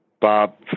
Bob